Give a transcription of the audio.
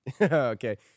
Okay